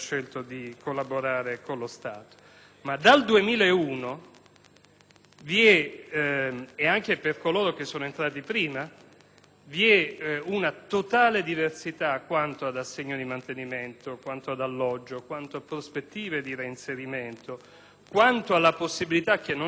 vi è una totale diversità quanto ad assegno di mantenimento, alloggio e prospettive di reinserimento, quanto alla possibilità - che non hanno i collaboratori ma i testimoni di giustizia - di chiedere l'acquisto da parte dello Stato a prezzo di mercato